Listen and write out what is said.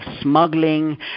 smuggling